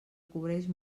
cobreix